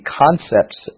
concepts